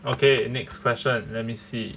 okay next question let me see